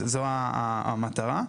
זו המטרה.